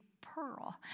pearl